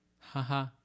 Haha